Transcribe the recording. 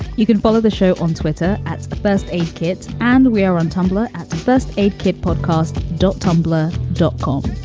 you can follow the show on twitter at first aid kits. and we are on tumblr at the first aid kit podcast, dot tumblr, dot com